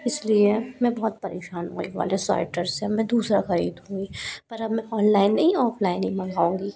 इस लिए मैं बहुत परेशान हूँ इस वाले स्वेटर से अब मैं दूसरा ख़रीदूँगी पर अब मैं ऑनलाइन नहीं ऑफलाइन ही मंगाऊंगी